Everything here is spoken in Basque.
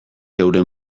euren